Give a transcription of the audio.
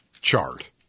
chart